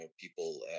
people